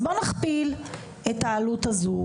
בוא נכפיל את העלות הזו,